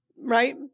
right